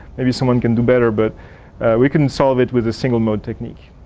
maybe someone can do better but we couldn't solve it with a single mode technique.